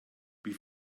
wie